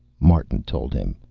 martin told him.